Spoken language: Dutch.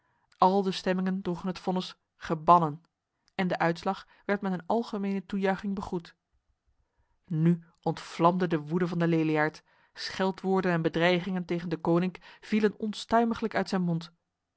al de stemmingen droegen het vonnis gebannen en de uitslag werd met een algemene toejuiching begroet nu ontvlamde de woede van de leliaard scheldwoorden en bedreigingen tegen deconinck vielen onstuimiglijk uit zijn mond